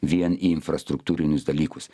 vien į infrastruktūrinius dalykus